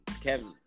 Kevin